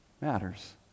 matters